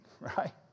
right